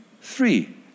three